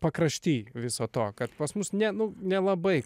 pakrašty viso to kad pas mus ne nu nelabai